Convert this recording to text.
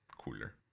cooler